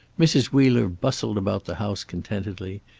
mrs. wheeler bustled about the house contentedly.